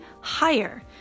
higher